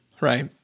Right